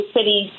City